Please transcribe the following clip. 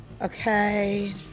okay